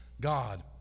God